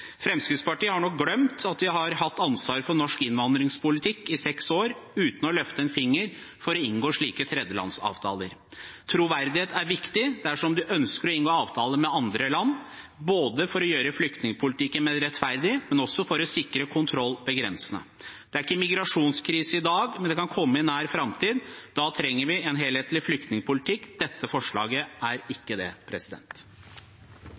Fremskrittspartiet har nå glemt at de har hatt ansvar for norsk innvandringspolitikk i seks år uten å løfte en finger for å inngå slike tredjelandsavtaler. Troverdighet er viktig dersom man ønsker å inngå avtaler med andre land, både for å gjøre flyktningpolitikken mer rettferdig og for å sikre kontroll ved grensene. Det er ikke noen migrasjonskrise i dag, men det kan komme i nær framtid, og da trenger vi en helhetlig flyktningpolitikk. Dette forslaget